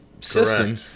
system